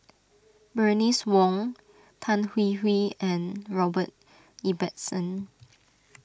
Bernice Wong Tan Hwee Hwee and Robert Ibbetson